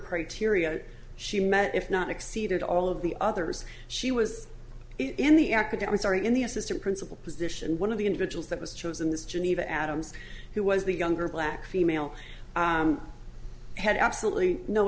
criteria she met if not exceeded all of the others she was in the academics are in the assistant principal position one of the individuals that was chosen this geneva adams who was the younger black female had absolutely no